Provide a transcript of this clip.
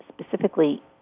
specifically